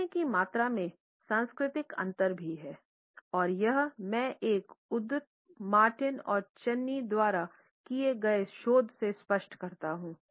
बोलने की मात्रा में सांस्कृतिक अंतर भी है और यहाँ मैं एक उद्धृत मार्टिन और चन्नी द्वारा किया गया शोध से स्पष्ट करता हूं